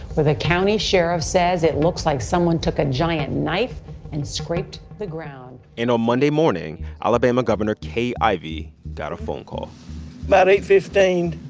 where the county sheriff says it looks like someone took a giant knife and scraped the ground and on monday morning, alabama governor kay ivey got a phone call about eight fifteen,